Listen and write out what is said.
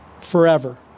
forever